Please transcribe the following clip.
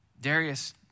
Darius